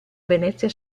venezia